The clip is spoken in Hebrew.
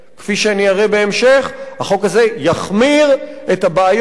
כפי שאני אראה בהמשך, החוק הזה יחמיר את הבעיות,